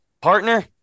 partner